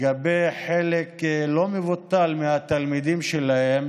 לחלק לא מבוטל מהתלמידים שלהם